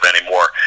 anymore